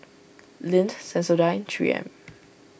Lindt Sensodyne and three M